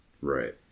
Right